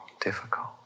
difficult